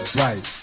right